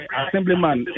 assemblyman